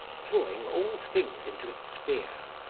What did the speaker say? drawing all things into its sphere,